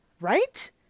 right